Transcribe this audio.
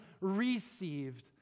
received